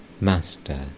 Master